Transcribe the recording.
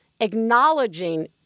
acknowledging